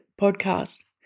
podcast